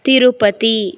Tirupati